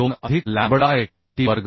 2 अधिक lambda lt वर्ग